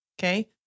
Okay